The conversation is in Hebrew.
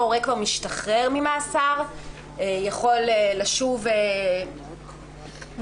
ההורה כבר משתחרר ממאסר ויכול לשוב לביתו.